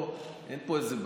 אין פה איזו בעיה?